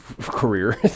career